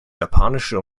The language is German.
japanische